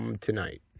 tonight